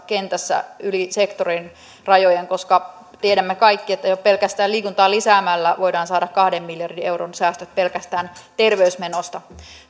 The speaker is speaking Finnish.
kentässä yli sektorirajojen koska tiedämme kaikki että jo pelkästään liikuntaa lisäämällä voidaan saada kahden miljardin euron säästöt pelkästään terveysmenoista